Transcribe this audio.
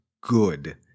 good